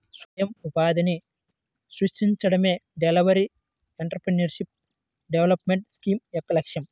స్వయం ఉపాధిని సృష్టించడమే డెయిరీ ఎంటర్ప్రెన్యూర్షిప్ డెవలప్మెంట్ స్కీమ్ యొక్క లక్ష్యం